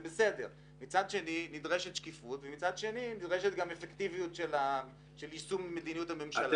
מצד שני נדרשת שקיפות ונדרשת אפקטיביות של יישום מדיניות הממשלה.